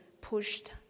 pushed